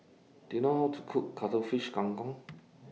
Do YOU know How to Cook Cuttlefish Kang Kong